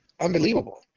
unbelievable